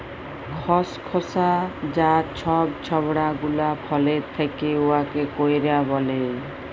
খসখসা যা ছব ছবড়া গুলা ফলের থ্যাকে উয়াকে কইর ব্যলে